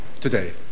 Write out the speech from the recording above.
today